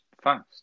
fast